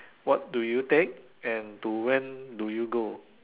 what do you take and to when do you go